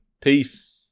peace